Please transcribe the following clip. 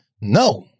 no